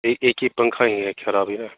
एक एक ही पंखा खराब है ना